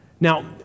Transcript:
Now